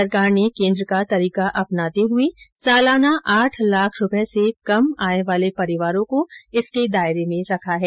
सरकार ने केन्द्र का तरीका अपनाते हुए सालाना आठ लाख रूपये से कम आय वार्ले परिवारों को इसके दायरे में रखा है